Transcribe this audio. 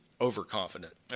overconfident